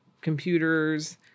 computers